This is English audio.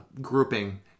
grouping